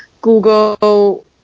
Google